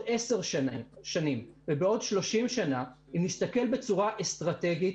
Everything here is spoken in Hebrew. עשר שנים ובעוד 30 שנה: אם נסתכל בצורה אסטרטגית,